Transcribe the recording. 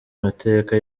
mateka